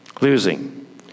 Losing